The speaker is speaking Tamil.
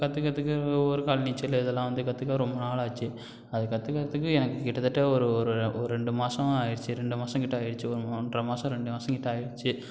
கற்றுக்கறதுக்கு ஒரு கால் நீச்சல் இதெல்லாம் வந்து கற்றுக்க ரொம்ப நாள் ஆச்சு அது கற்றுக்கறதுக்கு எனக்கு கிட்டத்தட்ட ஒரு ஒரு ஒரு ரெண்டு மாதம் ஆயிடுச்சு ரெண்டு மாதம் கிட்ட ஆயிடுச்சு ஒரு ஒன்றரை மாதம் ரெண்டு மாதம் கிட்ட ஆயிடுச்சு